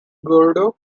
gordo